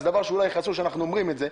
דבר שאולי חשוב שאנחנו אומרים את זה.